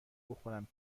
بخورم